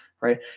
right